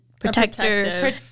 Protector